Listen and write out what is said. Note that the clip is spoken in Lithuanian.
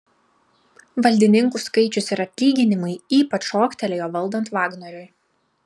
valdininkų skaičius ir atlyginimai ypač šoktelėjo valdant vagnoriui